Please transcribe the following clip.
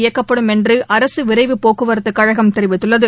இயக்கப்படும் என்றுஅரசுவிரைவுப் போக்குவரத்துகழகம் தெரிவித்துள்ளது